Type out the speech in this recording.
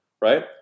right